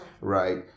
right